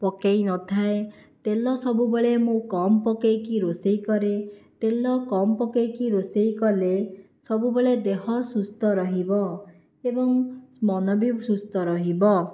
ପକାଇନଥାଏ ତେଲ ସବୁବେଳେ ମୁଁ କମ୍ ପକାଇକି ରୋଷେଇ କରେ ତେଲ କମ୍ ପକାଇକି ରୋଷେଇ କଲେ ସବୁବେଳେ ଦେହ ସୁସ୍ଥ ରହିବ ଏବଂ ମନ ବି ସୁସ୍ଥ ରହିବ